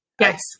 Yes